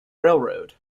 railroad